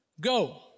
go